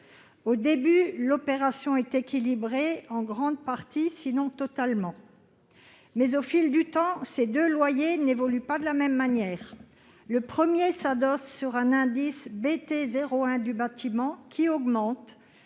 Au début, l'opération est équilibrée, en grande partie, sinon totalement. Au fil du temps, néanmoins, ces deux loyers n'évoluent pas de la même manière. Le premier s'adosse à un indice BT01 du bâtiment, qui augmente,